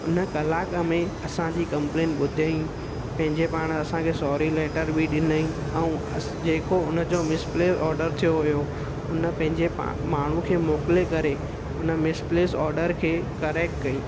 उन कलाक में असांजी कम्पलेंट ॿुधई पंहिंजे पाण असांखे सॉरी लैटर बि ॾिनई ऐं अस जेको उनजो मिसप्लेस ऑडर थियो हुयो उन पंहिंजे प माण्हू खे मोकिले करे हुन मिसप्लेस ऑडर खे करैक्ट कयईं